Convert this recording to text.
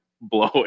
blowing